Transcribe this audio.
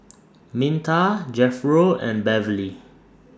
Minta Jethro and Beverly